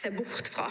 se bort fra.